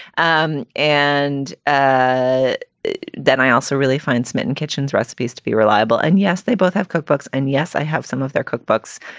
um and ah then i also really find smitten kitchens recipes to be reliable. and yes, they both have cookbooks and yes, i have some of their cookbooks.